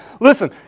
Listen